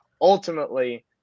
Ultimately